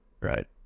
right